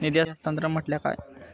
निधी हस्तांतरण म्हटल्या काय?